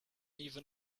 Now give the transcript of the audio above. even